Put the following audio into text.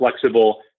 flexible